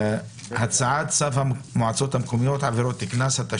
הצעת צו המועצות המקומיות (עבירות קנס) (תיקון),